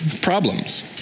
Problems